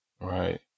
Right